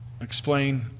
explain